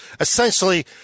essentially